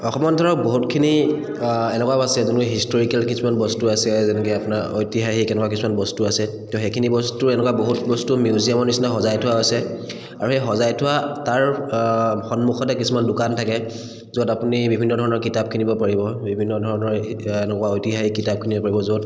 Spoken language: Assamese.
অসমত ধৰক বহুতখিনি এনেকুৱাও আছে যেনেকৈ হিষ্ট'ৰিকেল কিছুমান বস্তু আছে যেনেকৈ আপোনাৰ ঐতিহাসিক এনেকুৱা কিছুমান বস্ত আছে ত' সেইখিনি বস্তু এনেকুৱা বহুত বস্তু মিউজিয়ামৰ নিচিনা সজাই থোৱা আছে আৰু সেই সজাই থোৱা তাৰ সন্মুখতে কিছুমান দোকান থাকে য'ত আপুনি বিভিন্ন ধৰণৰ কিতাপ কিনিব পাৰিব বিভিন্ন ধৰণৰ এনেকুৱা ঐতিহাসিক কিতাপ কিনিব পাৰিব য'ত